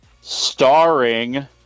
Starring